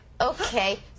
Okay